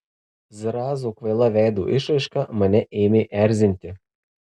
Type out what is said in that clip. zrazo kvaila veido išraiška mane ėmė erzinti